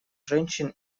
женщин